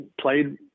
played